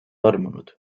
armunud